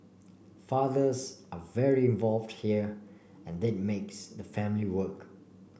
fathers are very involved here and that makes the family work